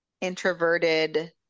introverted